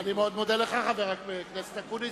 אני מאוד מודה לך, חבר הכנסת אקוניס.